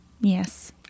Yes